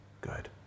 good